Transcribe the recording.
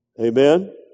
Amen